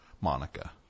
Monica